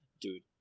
dude